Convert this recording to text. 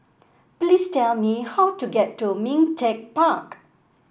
please tell me how to get to Ming Teck Park